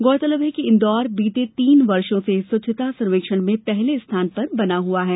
गौरतलब है कि इंदौर बीते तीन वर्षों से स्वच्छता सर्वेक्षण में पहले स्थान बना हुआ है